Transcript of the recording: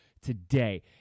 today